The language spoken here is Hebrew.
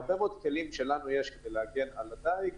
הרבה מאוד כלים שלנו יש כדי להגן על הדייג